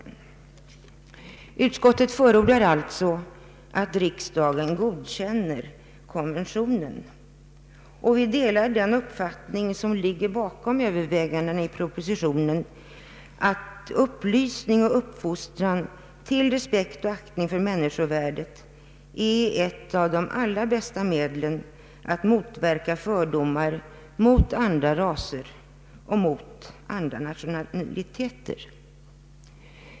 Utskottet förordar alltså att riksdagen godkänner konventionen. Vi delar den uppfattning som ligger bakom övervägandena i propositionen, att upplysning och uppfostran till respekt och aktning för människovärdet är ett av de bästa medlen att motverka fördomar mot andra raser och nationaliteter.